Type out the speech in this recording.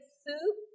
soup